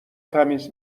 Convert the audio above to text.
تمیز